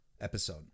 episode